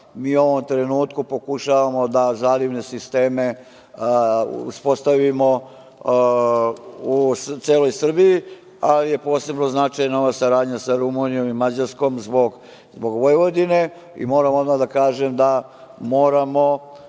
mi u ovom trenutku pokušavamo da zalivne sisteme uspostavimo u celoj Srbiji, ali je posebno značajna ova saradnja sa Rumunijom i Mađarskom zbog Vojvodine. Moram odmah da kažem da moramo